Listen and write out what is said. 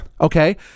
Okay